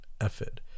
effort